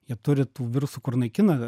jie turi tų virusų kur naikina